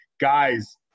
guys